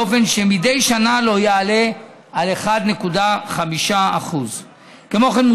באופן שמדי שנה לא יעלה על 1.5%. כמו כן,